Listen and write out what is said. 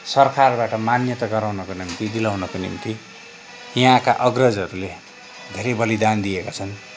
सरकारबाट मान्यता गराउनका निम्ति दिलाउनका निम्ति यहाँका अग्रजहरूले धेरै बलिदान दिएका छन्